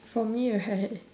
for me right